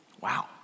Wow